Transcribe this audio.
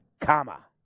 comma